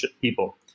people